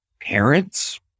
parents